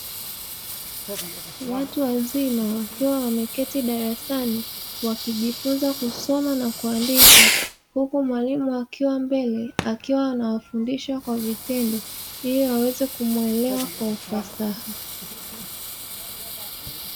Watu wazima wakiwa wameketi darasani, wakijifunza kusoma na kuandika; huku mwalimu akiwa mbele, akiwa anawafundisha kwa vitendo, ili waweze kumuelewa kwa ufasaha.